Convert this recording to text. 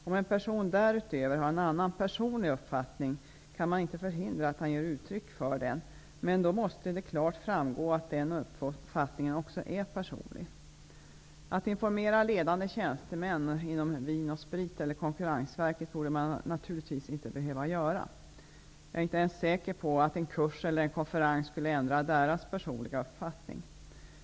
Om en person därutöver har en annan personlig uppfattning, kan man inte förhindra att han ger uttryck för den. Men då måste det klart framgå att den uppfattningen också är personlig. Att informera ledande tjänstemän inom Vin & Sprit eller Konkurrensverket borde man naturligtvis inte behöva göra. Jag är inte ens säker på att en kurs eller en konferens skulle ändra deras personliga uppfattning.